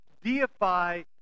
deify